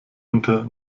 unter